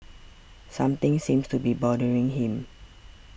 something seems to be bothering him